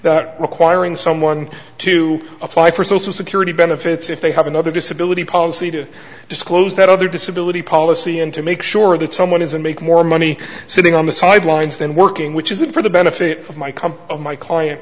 that requiring someone to apply for social security benefits if they have another disability policy to disclose that other disability policy and to make sure that someone isn't make more money sitting on the sidelines than working which isn't for the benefit of my cum of my client